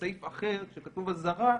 בסעיף אחר שכתוב אזהרה,